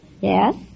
Yes